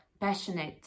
passionate